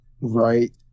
Right